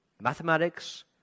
mathematics